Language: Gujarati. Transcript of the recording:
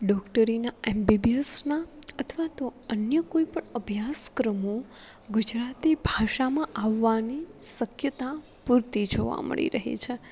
ડૉક્ટરીના એમબીએસના અથવા તો અન્ય કોઈપણ અભ્યાસક્રમો ગુજરાતી ભાષામાં આવવાની શક્યતા પૂરતી જોવા મળી રહી છે